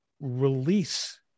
release